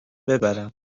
ببرم